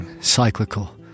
cyclical